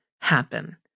happen